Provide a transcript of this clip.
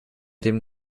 dem